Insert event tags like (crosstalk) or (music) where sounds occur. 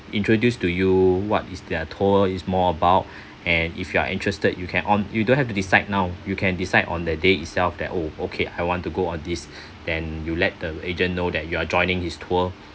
introduce to you what is their tour is more about (breath) and if you are interested you can on you don't have to decide now you can decide on the day itself that oh okay I want to go on this (breath) then you let the agent know that you are joining his tour